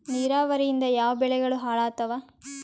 ನಿರಾವರಿಯಿಂದ ಯಾವ ಬೆಳೆಗಳು ಹಾಳಾತ್ತಾವ?